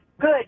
Good